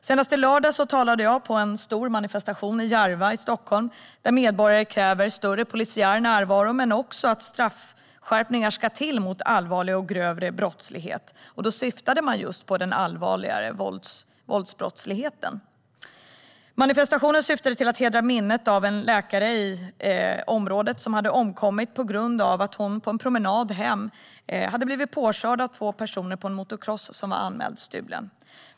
Senast i lördags talade jag på en stor manifestation i Järva i Stockholm där medborgare krävde större polisiär närvaro i området och straffskärpningar mot allvarlig och grov brottslighet, särskilt allvarlig våldsbrottslighet. Manifestationen syftade till att hedra minnet av en läkare i området som omkom då hon på en promenad hem blev påkörd av två personer på en motocrosscykel som var anmäld stulen.